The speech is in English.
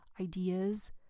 ideas